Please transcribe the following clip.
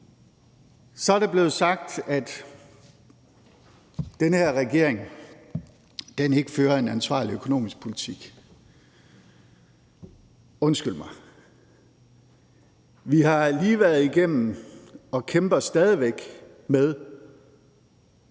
Så er det blevet sagt, at den her regering ikke fører en ansvarlig økonomisk politik. Undskyld mig – vi har lige været igennem og kæmper stadig væk